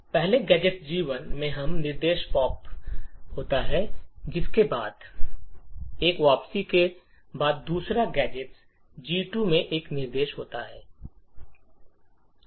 पहले gadget G1 में यह निर्देश पॉप होता है उसके बाद एक वापसी के बाद दूसरा गैजेट G2 में एक निर्देश होता है